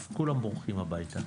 כולם בורחים הביתה.